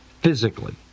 physically